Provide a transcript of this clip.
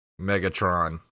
Megatron